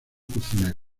cocinero